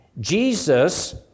Jesus